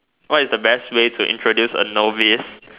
what is the best way to introduce a novice